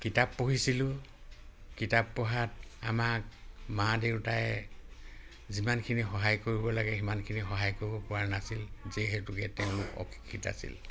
কিতাপ পঢ়িছিলোঁ কিতাপ পঢ়াত আমাক মা দেউতাই যিমানখিনি সহায় কৰিব লাগে সিমানখিনি সহায় কৰিব পৰা নাছিল যিহেতুকে তেওঁলোক অশিক্ষিত আছিল